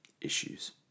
issues